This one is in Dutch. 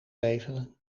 leveren